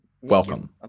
welcome